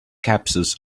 capsules